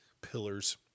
pillars